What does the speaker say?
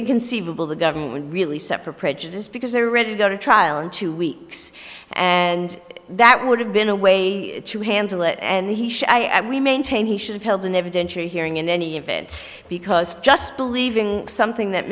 inconceivable the government would really separate prejudice because they're ready to go to trial in two weeks and that would have been a way to handle it and he should i we maintain he should have held an evidentiary hearing in any event because just believing something that